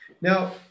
Now